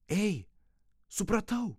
ei supratau